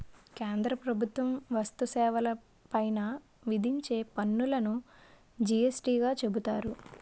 కేంద్ర ప్రభుత్వం వస్తు సేవల పైన విధించే పన్నులును జి యస్ టీ గా చెబుతారు